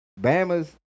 Bama's